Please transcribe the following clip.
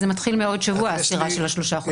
אז הספירה של שלושה חודשים מתחילה בעוד שבוע.